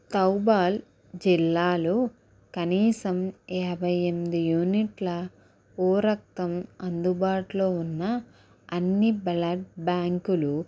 థౌబాల్ జిల్లాలో కనీసం యాభై ఎంది యూనిట్ల ఓ రక్తం అందుబాటులో ఉన్న అన్ని బ్లడ్ బ్యాంకులు వెతుకుము